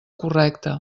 correcta